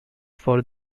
for